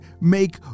make